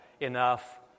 enough